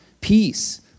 peace